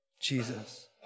Jesus